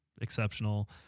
exceptional